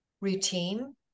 routine